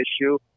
issue